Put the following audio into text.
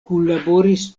kunlaboris